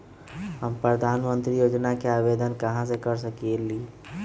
हम प्रधानमंत्री योजना के आवेदन कहा से कर सकेली?